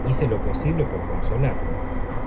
hice lo posible por consolarlo